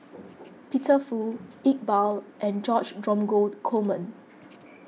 Peter Fu Iqbal and George Dromgold Coleman